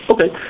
Okay